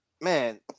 Man